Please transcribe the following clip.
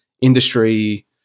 industry